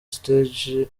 stage